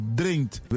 drinkt